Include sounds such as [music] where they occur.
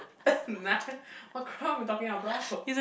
[coughs] na~ what crown you talking about